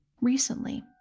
Recently